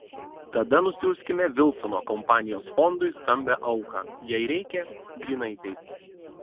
tada nusiųskime vilsono kampanijos fondui stambią auką jei reikia grynaisiais